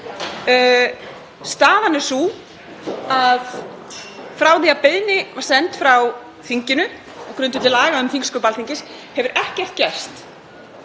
Staðan er sú að frá því að beiðni var send frá þinginu, á grundvelli laga um þingsköp Alþingis, hefur ekkert gerst.